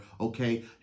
okay